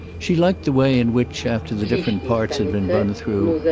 she liked the way in which, after the different parts had been run through,